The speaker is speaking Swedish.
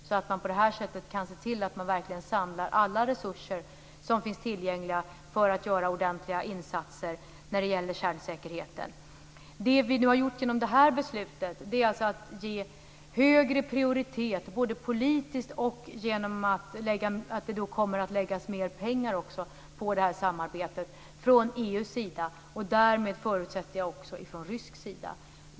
På det här sättet kan man se till att man verkligen samlar alla resurser som finns tillgängliga för att göra ordentliga insatser när det gäller kärnsäkerheten. Det vi nu har gjort genom det här beslutet är att ge högre prioritet både politiskt och genom att det kommer att läggas mer pengar på samarbetet från EU:s sida, och därmed, förutsätter jag, också från rysk sida.